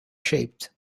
shaped